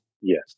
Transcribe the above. yes